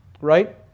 Right